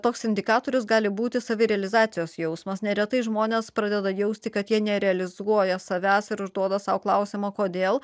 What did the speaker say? toks indikatorius gali būti savirealizacijos jausmas neretai žmonės pradeda jausti kad jie nerealizuoja savęs ar užduoda sau klausimą kodėl